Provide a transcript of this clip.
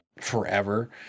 forever